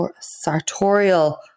sartorial